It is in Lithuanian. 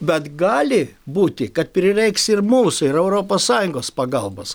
bet gali būti kad prireiks ir mūsų ir europos sąjungos pagalbos